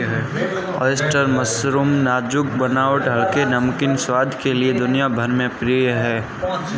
oyster mushroom नाजुक बनावट हल्के, नमकीन स्वाद के लिए दुनिया भर में प्रिय है